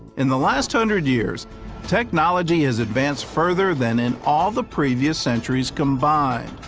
in the last hundred years technology has advanced further than in all the previous centuries combined,